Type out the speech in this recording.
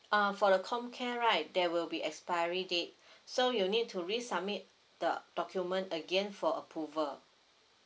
uh for the comcare right there will be expiry date so you'll need to resubmit the document again for approval